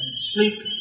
sleep